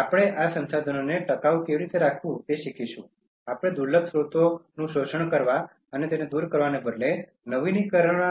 આપણે આ સંસાધનોને ટકાઉ કેવી રીતે રાખવું તે શીખીશું આપણે દુર્લભ સ્રોતોનું શોષણ કરવા અને તેને દૂર કરવાને બદલે નવીનીકરણીય